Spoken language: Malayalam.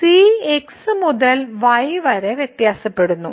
c x മുതൽ y വരെ വ്യത്യാസപ്പെടുന്നു